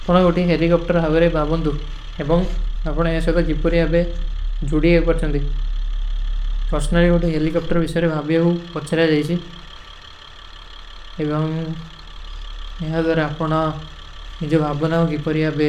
ଅପନା କୋଟୀ ହେଲିକପ୍ଟର ହାଵେରେ ଭାଵନ୍ଦୁ ଏବଂଗ ଆପନା ଏସେ ତୋ ଗିପରୀ ଆପେ ଜୋଡୀ ଏପାର ଚଂଦୀ। ପ୍ରସ୍ଣାରୀ କୋଟୀ ହେଲିକପ୍ଟର ଵିସରେ ଭାଵିଯାଗୂ ପଚ୍ଚରା ଜାଈଶୀ। ଏବଂଗ ଏହାଦର ଆପନା ମିଝେ ଭାଵନାଗୂ ଗିପରୀ ଆପେ